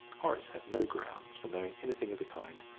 horace had no grounds for knowing anything of the kind,